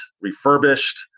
refurbished